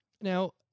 Now